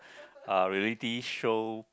uh reality show